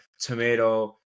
tomato